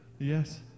Yes